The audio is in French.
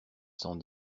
cent